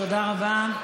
תודה רבה.